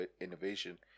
innovation